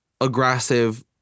aggressive